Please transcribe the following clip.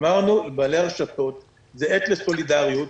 אמרנו לבעלי הרשתות: זו עת לסולידריות,